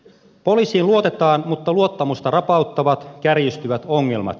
poliisiin luotetaan mutta luottamusta rapauttavat kärjistyvät ongelmat